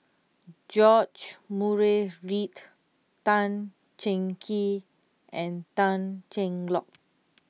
George Murray Reith Tan Cheng Kee and Tan Cheng Lock